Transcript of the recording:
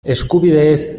eskubideez